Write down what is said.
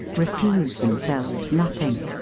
refuse themselves nothing.